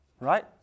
right